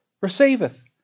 receiveth